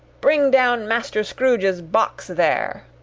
bring down master scrooge's box, there!